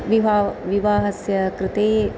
विवा विवाहस्य कृते